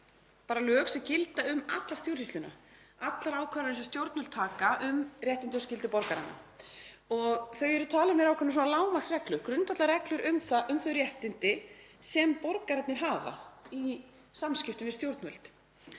lög sem gilda um alla stjórnsýsluna, allar ákvarðanir sem stjórnvöld taka um réttindi og skyldur borgaranna. Þau eru talin vera ákveðnar lágmarksreglur, grundvallarreglur, um þau réttindi sem borgararnir hafa í samskiptum við stjórnvöld.